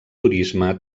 turisme